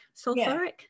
sulfuric